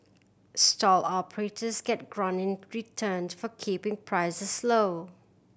stall operators get grant in return for keeping prices low